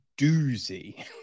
doozy